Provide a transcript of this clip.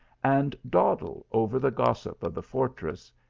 and dawdle over the gos sip of the fortress,